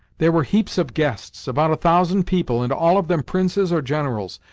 there were heaps of guests about a thousand people, and all of them princes or generals,